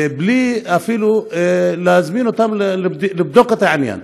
ואפילו לא מזמינים אותם לבדוק את העניין.